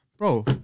Bro